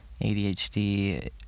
ADHD